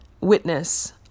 witness